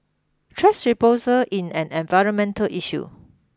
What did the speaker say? trash disposal in an environmental issue